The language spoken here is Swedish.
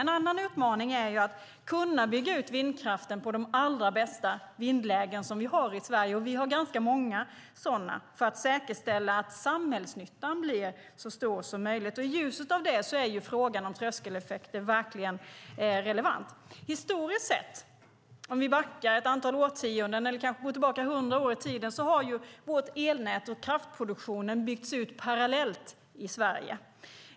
En annan utmaning är att kunna bygga ut vindkraften på de allra bästa vindlägen vi har i Sverige, och vi har ganska många sådana, för att säkerställa att samhällsnyttan blir så stor som möjligt. I ljuset av det är ju frågan om tröskeleffekter verkligen relevant. Historiskt sett, om vi backar ett antal årtionden eller kanske går tillbaka hundra år i tiden, har ju vårt elnät och kraftproduktionen byggts ut parallellt i Sverige.